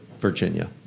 Virginia